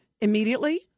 immediately